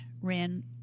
ran